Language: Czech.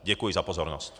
Děkuji za pozornost.